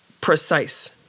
precise